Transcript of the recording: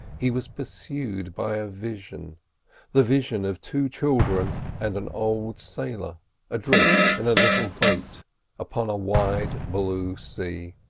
he was pursued by a vision the vision of two children and an old sailor adrift in a little boat upon a wide blue sea.